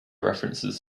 references